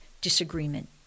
disagreement